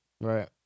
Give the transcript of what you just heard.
Right